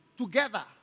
together